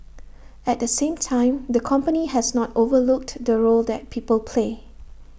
at the same time the company has not overlooked the role that people play